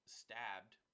stabbed